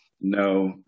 No